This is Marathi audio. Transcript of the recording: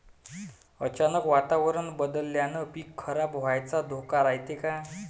अचानक वातावरण बदलल्यानं पीक खराब व्हाचा धोका रायते का?